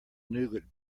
nougat